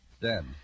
Dead